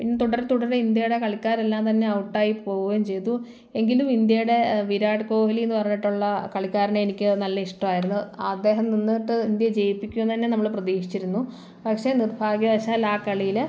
പിൻ തുടരെ തുടരെ ഇന്ത്യയുടെ കളിക്കാരെല്ലാം തന്നെ ഔട്ടായി പോവുകയും ചെയ്തു എങ്കിലും ഇന്ത്യയുടെ വിരാട് കോഹ്ലിന്ന് പറഞ്ഞിട്ടുള്ള കളിക്കാരനെ എനിക്ക് നല്ല ഇഷ്ട്ടമായിരുന്നു അദ്ദേഹം നിന്നിട്ട് ഇന്ത്യയെ ജയിപ്പിക്കുമെന്ന് തന്നെ നമ്മൾ പ്രതീക്ഷിച്ചിരുന്നു പക്ഷേ നിർഭാഗ്യവശാൽ ആ കളിയിൽ